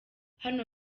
hano